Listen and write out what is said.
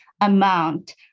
amount